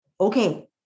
okay